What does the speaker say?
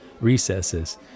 recesses